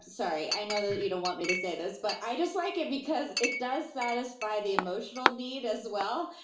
sorry, i know that you don't want me to say this, but i just like it because it does satisfy the emotional need as well,